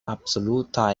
absoluta